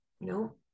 no